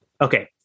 Okay